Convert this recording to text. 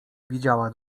widziała